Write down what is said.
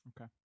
Okay